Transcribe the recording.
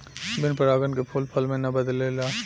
बिन परागन के फूल फल मे ना बदलेला